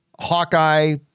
Hawkeye